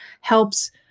helps